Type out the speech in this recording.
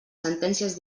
sentències